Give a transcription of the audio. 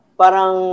parang